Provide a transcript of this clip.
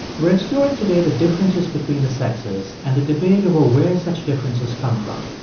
we're exploring today the differences between the sexes and the debate over where such differences come from.